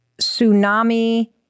tsunami